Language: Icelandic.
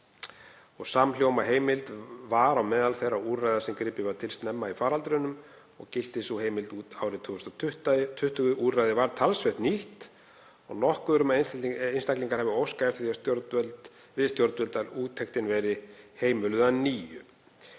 Samhljóma heimild var á meðal þeirra úrræða sem gripið var til snemma í faraldrinum og gilti sú heimild út árið 2020. Úrræðið hafi verið talsvert nýtt og nokkuð sé um að einstaklingar hafi óskað eftir því við stjórnvöld að úttekt verði heimiluð að nýju.